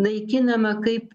naikinama kaip